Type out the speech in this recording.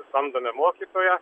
samdome mokytoją